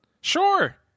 Sure